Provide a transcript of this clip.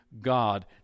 God